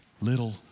little